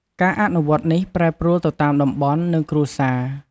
ការអនុវត្តនេះប្រែប្រួលទៅតាមតំបន់ និងគ្រួសារ។